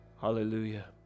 hallelujah